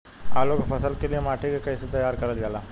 आलू क फसल के लिए माटी के कैसे तैयार करल जाला?